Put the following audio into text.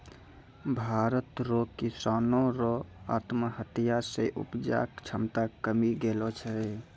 भारत रो किसानो रो आत्महत्या से उपजा क्षमता कमी गेलो छै